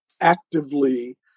actively